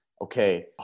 okay